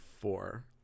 four